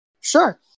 Sure